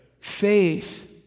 faith